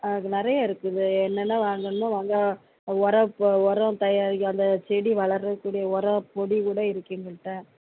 அது நிறையா இருக்குது என்னென்ன வாங்கணுமோ வாங்க உரம் உரம் தயாரிக்கிற அந்த செடி வளரக்கூடிய உரம் பொடி கூட இருக்கு எங்கள்கிட்ட